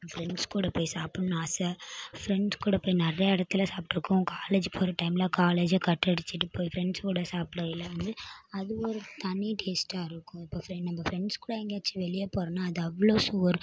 friends கூட போய் சாப்பிட்ணும் ஆசை ஃப்ரெண்ட்ஸ் கூட போய் நிறையா இடத்துல சாப்பிட்ருக்கோம் காலேஜ் போகிற டைமில் காலேஜை கட் அடிச்சுட்டு போய் ஃப்ரெண்ட்ஸ் கூட சாப்பிடயில் வந்து அது ஒரு தனி டேஸ்டாக இருக்கும் இப்போ நம்ம ஃப்ரெண்ட்ஸ் கூட எங்கேயாச்சும் வெளியே போறேனா அது அவ்வளோ ஒரு